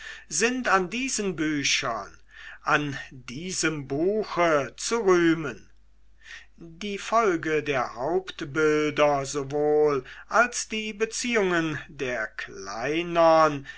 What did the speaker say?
sind an diesen büchern an diesem buche zu rühmen die folge der hauptbilder sowohl als die beziehung der kleinern